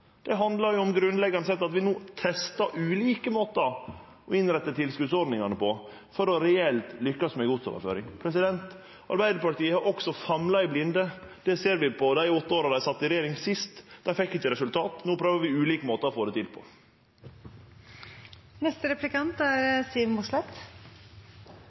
at vi no testar ulike måtar å innrette tilskotsordningane på, for reelt å lykkast med godsoverføring. Arbeidarpartiet har også famla i blinde. Det ser vi på dei åtte åra dei sat i regjering sist. Dei fekk ikkje resultat. No prøver vi ulike måtar å få det til